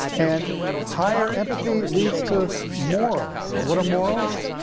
and higher empathy leads to morals. what are morals?